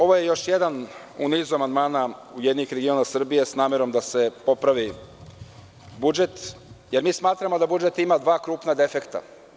Ovo je još jedan u nizu amandmana Ujedinjenih regiona Srbije, s namerom da se popravi budžet, jer mi smatramo da budžet ima dva krupna defekta.